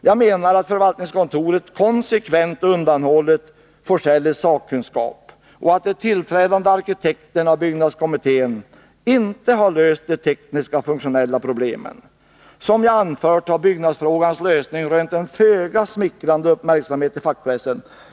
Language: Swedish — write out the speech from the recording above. Jag menar att förvaltningskontoret konsekvent undanhållit af Forselles sakkunskap och att de tillträdande arkitekterna och byggnadskommittén inte har löst de tekniska och funktionella problemen. Som jag anfört, har byggnadsfrågans lösning rönt en föga smickrande uppmärksamhet i fackpressen.